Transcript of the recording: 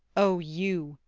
o you,